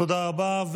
תודה רבה.